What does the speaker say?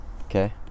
Okay